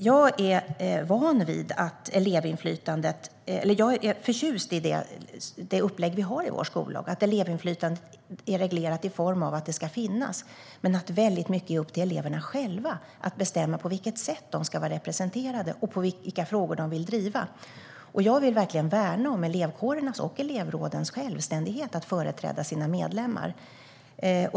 Jag är förtjust i det upplägg vi har i vår skola - att elevinflytandet är reglerat i form av att det ska finnas men att det mycket är upp till eleverna själva att bestämma på vilket sätt de ska vara representerade och vilka frågor de vill driva. Jag vill verkligen värna om elevkårernas och elevrådens självständighet att företräda sina medlemmar.